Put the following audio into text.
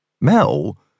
Mel